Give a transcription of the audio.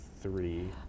three